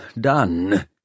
done